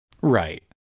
Right